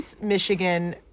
Michigan